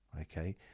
okay